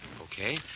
Okay